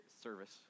service